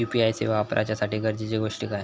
UPI सेवा वापराच्यासाठी गरजेचे गोष्टी काय?